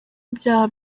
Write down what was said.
ibyaha